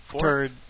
Third